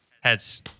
Heads